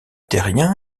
terrien